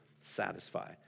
satisfy